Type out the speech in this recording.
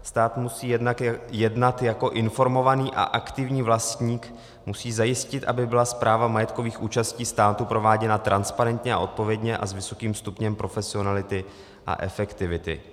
Stát musí jednat jako informovaný a aktivní vlastník, musí zajistit, aby byla správa majetkových účastí státu prováděna transparentně a odpovědně a s vysokým stupněm profesionality a efektivity.